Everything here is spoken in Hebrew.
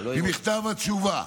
ממכתב התשובה.